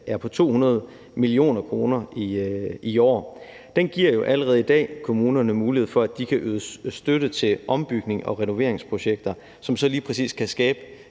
er på 200 mio. kr. i år, giver jo allerede i dag kommunerne mulighed for, at de yde støtte til ombygnings- og renoveringsprojekter, som så lige præcis kan skabe